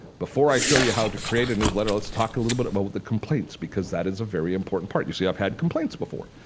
before i show you how to create a newsletter, let's talk a little but about the complaints because that is a very important part. you see i've had complaints before.